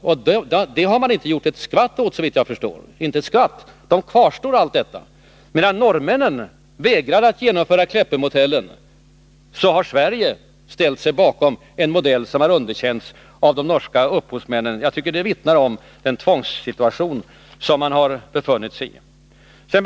Och detta har regeringen inte gjort ett skvatt åt, det kvarstår. Sverige har ställt sig bakom Kleppemodellen, som har underkänts av de norska upphovsmännen. Det vittnar om att man har befunnit sig i en tvångssituation.